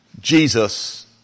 Jesus